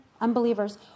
unbelievers